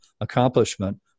accomplishment